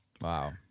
Wow